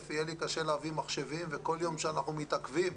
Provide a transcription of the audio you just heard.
יהיה לי קשה להביא מחשבים וכל יום שאנחנו מתעכבים,